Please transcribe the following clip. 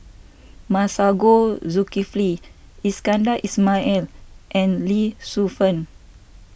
Masagos Zulkifli Iskandar Ismail and Lee Shu Fen